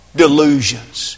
delusions